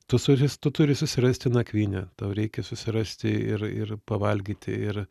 tu suris tu turi susirasti nakvynę tau reikia susirasti ir ir pavalgyti ir